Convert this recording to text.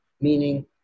meaning